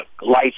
lights